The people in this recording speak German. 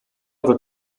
wird